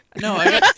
No